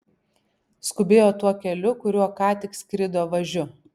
skubėjo tuo keliu kuriuo ką tik skrido važiu